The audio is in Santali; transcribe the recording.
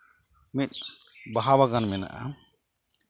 ᱢᱤᱫ ᱵᱟᱦᱟ ᱵᱟᱜᱟᱱ ᱢᱮᱱᱟᱜᱼᱟ